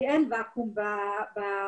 כי אין ואקום בעולם,